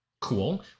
Cool